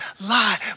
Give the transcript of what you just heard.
lie